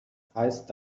heißt